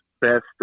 best